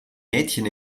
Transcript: mädchen